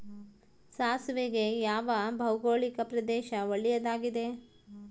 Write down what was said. ಸಾಸಿವೆಗೆ ಯಾವ ಭೌಗೋಳಿಕ ಪ್ರದೇಶ ಒಳ್ಳೆಯದಾಗಿದೆ?